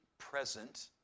present